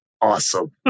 awesome